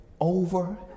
over